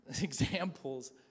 examples